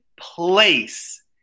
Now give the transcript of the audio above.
place